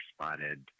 spotted